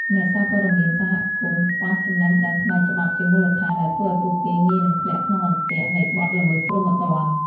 អ្នកសារព័ត៌មានសហគមន៍ខ្វះចំណេះដឹងផ្នែកច្បាប់ជាមូលដ្ឋាន ដែលធ្វើឱ្យពួកគេងាយនឹងធ្លាក់ក្នុងអន្ទាក់នៃបទល្មើសព្រហ្មទណ្ឌ។